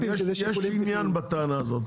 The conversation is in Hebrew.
דעת --- עם כל הכבוד, יש עניין בטענה הזאת.